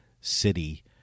city